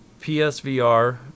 PSVR